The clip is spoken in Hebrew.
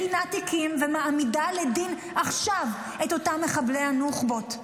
מכינה תיקים ומעמידה לדין עכשיו את אותם מחבלי הנוח'בות.